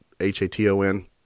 H-A-T-O-N